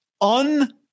un